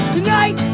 Tonight